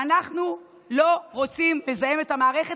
ואנחנו לא רוצים לזהם את המערכת,